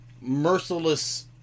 merciless